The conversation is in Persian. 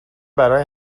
برای